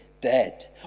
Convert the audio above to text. dead